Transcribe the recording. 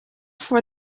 for